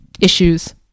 issues